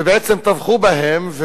ובעצם טבחו בהם.